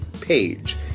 page